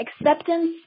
Acceptance